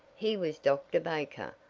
he was dr. baker,